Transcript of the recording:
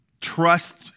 Trust